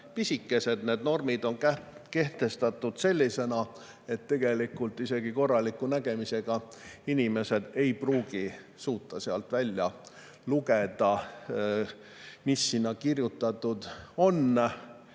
pisikesed – normid on kehtestatud nii –, et isegi korraliku nägemisega inimesed ei pruugi suuta välja lugeda, mis sinna kirjutatud on.